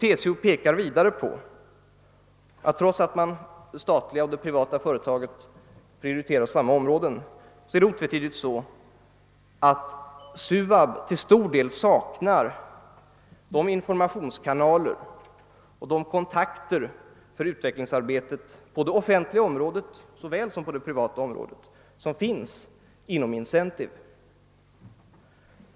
Vidare pekar TCO på att trots att det statliga och det privata företaget prioriterar samma områden saknar otvivelaktigt SUAB de informationskanaler och de kontakter för utvecklingsarbetet på det offentliga och det privata området som finns inom Incentive.